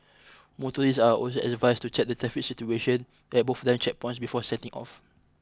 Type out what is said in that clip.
motorists are also advised to check the traffic situation at both land checkpoints before setting off